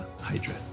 Hydra